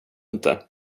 inte